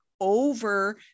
over